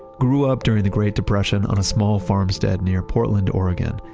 grew up during the great depression on a small farmstead near portland, oregon.